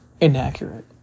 inaccurate